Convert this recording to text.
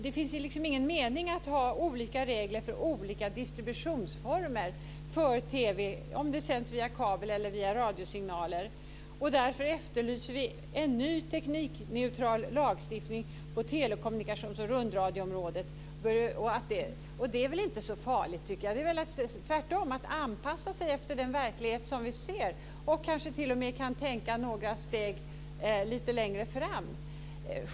Det ligger ingen mening i att ha olika regler för olika distributionsformer för TV, oavsett om de bygger på kabel eller radiosignaler. Därför efterlyser vi en ny teknikneutral lagstiftning på telekommunikations och rundradioområdet. Jag tycker inte att det är så farligt. Tvärtom innebär det att man anpassar sig efter den verklighet som vi kan se och kanske t.o.m. tänker några steg framåt.